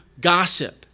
gossip